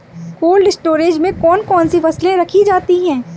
Cold storage में कौन कौन सी फसलें रखी जाती हैं?